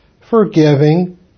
forgiving